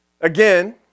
again